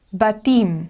Batim